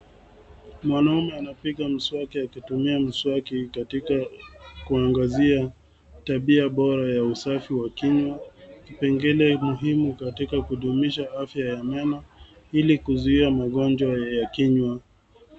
Mwanaume anapiga mswaki akitumia mswaki katika kuangazia tabia bora ya usafi wa kinywa. Kipengele muhimu katika kudumisha afya ya meno ili kuzuia magonjwa ya kinywa.